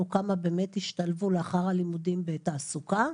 כמה באמת השתלבו לאחר הלימודים בתעסוקה?